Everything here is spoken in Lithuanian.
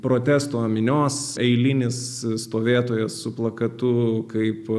protesto minios eilinis stovėto jas su plakatu kaip